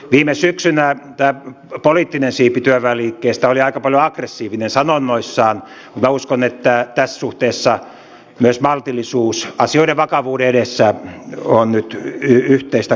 viime syksynä tämä poliittinen siipi työväenliikkeestä oli aika paljon aggressiivinen sanonnoissaan mutta minä uskon että tässä suhteessa myös maltillisuus asioiden vakavuuden edessä on nyt yhteistä kaikille